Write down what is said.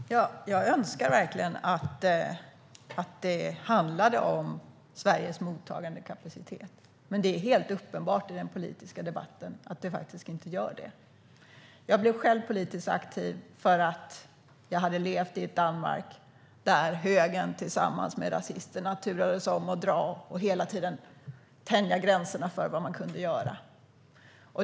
Herr talman! Jag önskar verkligen att det handlade om Sveriges mottagandekapacitet. Men det är helt uppenbart i den politiska debatten att det faktiskt inte gör det. Jag blev själv politiskt aktiv för att jag hade levt i ett Danmark där högern tillsammans med rasisterna turades om att dra och hela tiden tänja gränserna för vad man kunde göra.